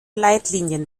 leitlinien